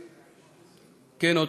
כן,